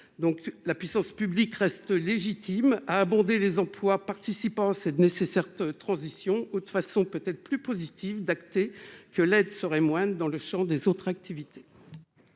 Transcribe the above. donc la puissance publique reste légitime à aborder les employes participant cette ne s'est certes transition ou de façon peut-être plus positif d'acter que l'aide serait moins dans le sang des autres activités.